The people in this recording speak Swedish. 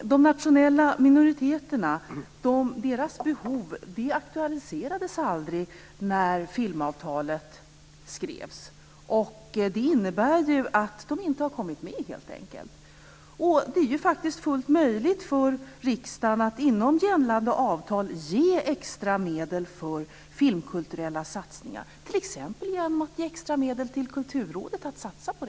De nationella minoriteternas behov aktualiserades aldrig när filmavtalet skrevs. Det innebär att de helt enkelt inte har kommit med. Det är faktiskt fullt möjligt för riksdagen att inom ramen för gällande avtal ge extra medel för filmkulturella satsningar, t.ex. genom att ge medel till Kulturrådet för en sådan satsning.